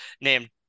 named